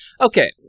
okay